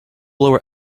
blower